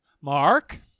Mark